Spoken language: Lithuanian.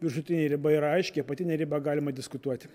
viršutinė riba yra aiški apatinę ribą galima diskutuoti